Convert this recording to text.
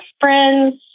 friends